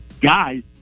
guys